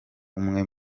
umwe